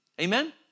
Amen